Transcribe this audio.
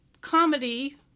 comedy